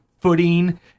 footing